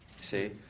See